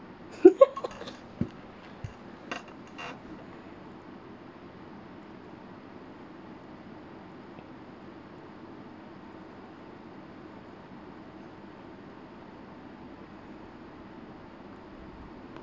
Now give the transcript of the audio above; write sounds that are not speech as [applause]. [laughs]